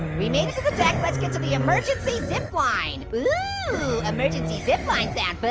we made it to the deck. let's get to the emergency zipline. ooh, emergency zipline sound but